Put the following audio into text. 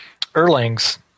Erlang's